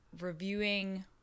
reviewing